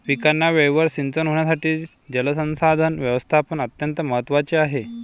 पिकांना वेळेवर सिंचन होण्यासाठी जलसंसाधन व्यवस्थापन अत्यंत महत्त्वाचे आहे